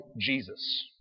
Jesus